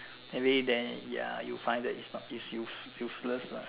maybe then ya you find that is not is use~ useless lah